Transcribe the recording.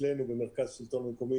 במרכז השלטון המקומי,